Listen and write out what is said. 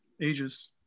ages